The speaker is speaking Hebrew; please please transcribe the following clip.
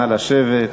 נא לשבת.